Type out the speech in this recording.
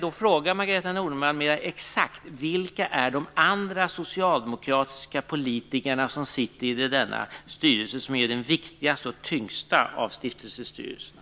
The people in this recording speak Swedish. Mera exakt undrar jag: Vilka är de andra socialdemokratiska politiker som sitter med i nämnda styrelse, som är den viktigaste och tyngsta av stiftelsestyrelserna?